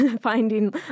finding